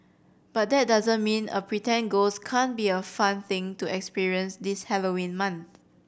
but that doesn't mean a pretend ghost can't be a fun thing to experience this Halloween month